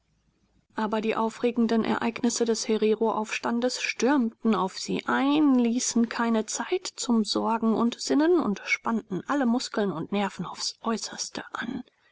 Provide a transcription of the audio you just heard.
aber die aufregenden ereignisse des hereroaufstandes stürmten auf sie ein ließen keine zeit zum sorgen und sinnen und spannten alle muskeln und nerven aufs äußerste an